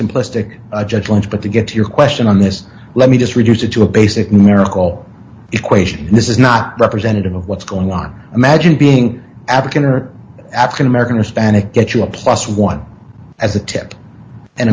simplistic judgments but to get to your question on this let me just reduce it to a basic miracle equation and this is not representative of what's going on imagine being african or african american or hispanic get you a plus one as a temp and